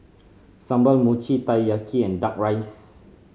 sambal Mochi Taiyaki and Duck Rice